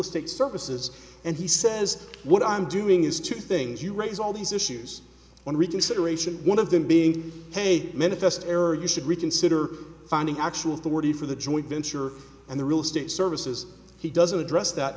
estate services and he says what i'm doing is two things you raise all these issues one reconsideration one of them being a minute test error you should reconsider finding actually the word for the joint venture and the real estate services he doesn't address that